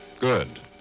Good